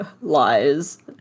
lies